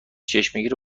چشمگیر